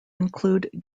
include